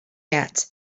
yet